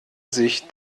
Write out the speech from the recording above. sich